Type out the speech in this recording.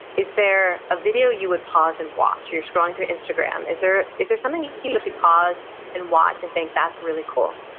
is there a video you would pause and watch? you're scrolling through instagram, is there is there something you would actually pause and watch, and think, that's really cool,